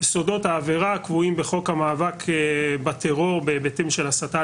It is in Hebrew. יסודות העבירה קבועים בחוק המאבק בטרור בהיבטים של הסתה